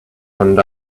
found